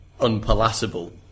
unpalatable